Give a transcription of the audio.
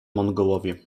mongołowie